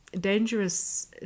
dangerous